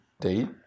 date